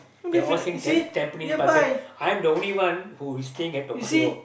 they all same Tampines Pasir-Ris I'm the only one who is staying at Toa-Payoh